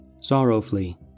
Sorrowfully